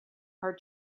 are